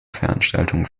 veranstaltung